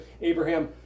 Abraham